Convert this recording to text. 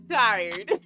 tired